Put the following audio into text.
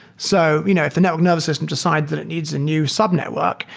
so you know if the network nervous system decide that it needs a new sub-network,